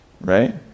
right